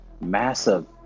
massive